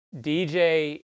DJ